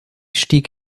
stieg